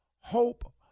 hope